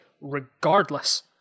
regardless